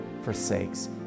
forsakes